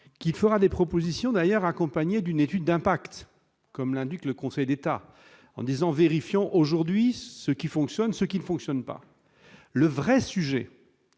qu'il fera des propositions d'ailleurs accompagné d'une étude d'impact, comme l'indique le Conseil d'État en disant vérifiant aujourd'hui ce qui fonctionne, ce qui ne fonctionne pas